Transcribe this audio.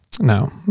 no